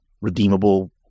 redeemable